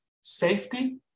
safety